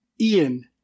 ian